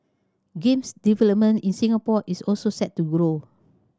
games development in Singapore is also set to grow